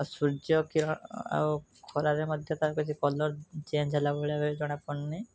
ଆଉ ସୂର୍ଯ୍ୟ କିରଣ ଆଉ ଖରାରେ ମଧ୍ୟ ତାର କିଛି କଲର୍ ଚେଞ୍ଜ୍ ହେଲା ଭଳିଆ ବି ଜଣାପଡ଼ୁନି